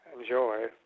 enjoy